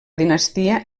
dinastia